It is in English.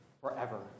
forever